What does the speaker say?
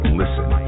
listen